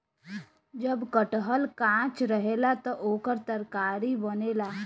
जब कटहल कांच रहेला त ओकर तरकारी बनेला